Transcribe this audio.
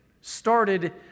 started